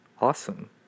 awesome